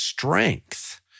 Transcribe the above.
strength